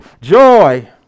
Joy